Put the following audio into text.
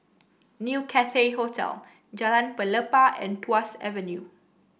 New Cathay Hotel Jalan Pelepah and Tuas Avenue